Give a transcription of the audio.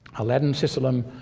aladdin sisalem